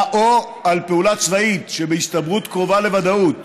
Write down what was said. או על פעולה צבאית שבהסתברות קרובה לוודאות